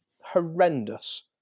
Horrendous